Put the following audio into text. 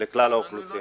לכלל האוכלוסייה.